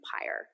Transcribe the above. empire